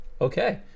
okay